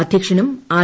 അധ്യക്ഷനും ആർ